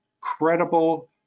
credible